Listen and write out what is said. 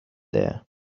there